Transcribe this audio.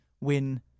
win